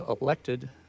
elected